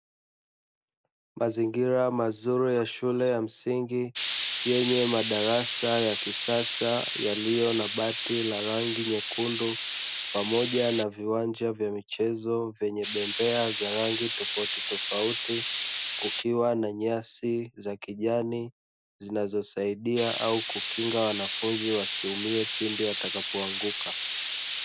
Mazingira mazuri ya shule ya msingi, yenye madarasa ya kisasa yaliyo na bati la rangi nyekundu pamoja na viwanja vya michezo vyenye bembea za rangi tofautitofauti, kukiwa na nyasi za kijani zinazosaidia au kukinga wanafunzi wasiumie pindi watakapoanguka.